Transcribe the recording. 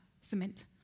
cement